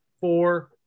four